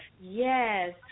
Yes